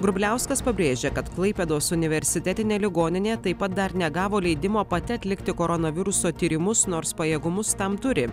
grubliauskas pabrėžė kad klaipėdos universitetinė ligoninė taip pat dar negavo leidimo pati atlikti koronaviruso tyrimus nors pajėgumus tam turi